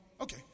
Okay